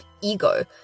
ego